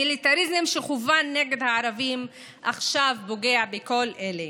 המיליטריזם שכוון נגד הערבים עכשיו פוגע בכל אלה.